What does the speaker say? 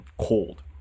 cold